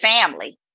family